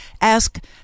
ask